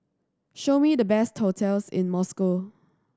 show me the best hotels in Moscow